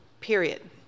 period